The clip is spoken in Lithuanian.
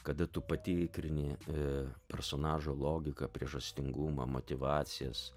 kada tu patikrini personažo logiką priežastingumą motyvacijas